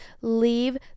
leave